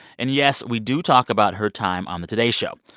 and yes, we do talk about her time on the today show.